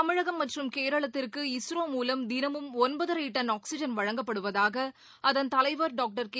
தமிழகம் மற்றும் கேரளத்திற்கு இஸ்ரோ மூலம் தினமும் ஒன்பதரை டன் ஆக்சிஜன் வழங்கப்படுவதாக அதன் தலைவர் டாக்டர் கே